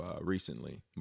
recently